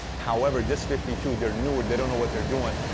however, this fifty two they're newer, they don't know what they're doing,